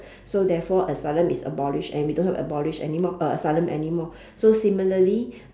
so therefore asylum is abolish and we don't have abolish anymore uh uh asylum anymore so similarly